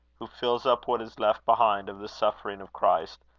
who fills up what is left behind of the sufferings of christ,